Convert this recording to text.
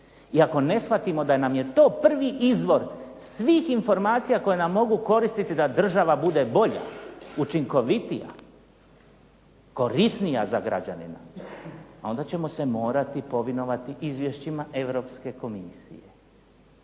i ako ne shvatimo da nam je to prvi izvor svih informacija koje nam mogu koristiti da država bude bolja, učinkovitija, korisnija za građanina onda ćemo se morati povinovati izvješćima Europske komisije.